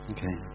Okay